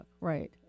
right